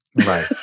Right